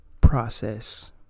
process